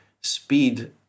speed